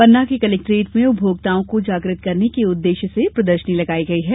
पन्ना के कलेक्ट्रेट में उपमोक्ताओं को जागृत करने के उद्देश्य प्रदर्शनी लगाई गई है